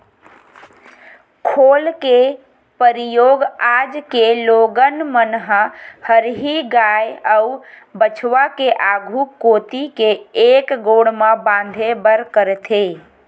खोल के परियोग आज के लोगन मन ह हरही गाय अउ बछवा के आघू कोती के एक गोड़ म बांधे बर करथे